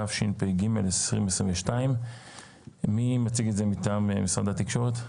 התשפ"ג 2022. מי מציג את הנושא מטעם משרד התקשורת?